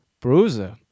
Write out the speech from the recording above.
Bruiser